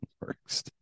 works